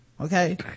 Okay